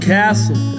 castle